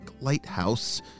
lighthouse